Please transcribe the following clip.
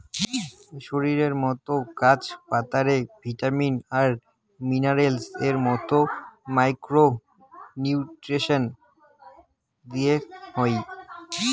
শরীরের মতো গাছ পাতারে ও ভিটামিন আর মিনারেলস এর মতো মাইক্রো নিউট্রিয়েন্টস দিতে হই